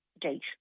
date